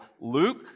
Luke